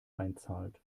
einzahlt